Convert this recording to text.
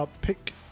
Pick